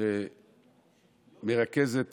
למרכזת